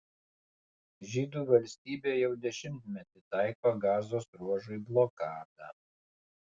žydų valstybė jau dešimtmetį taiko gazos ruožui blokadą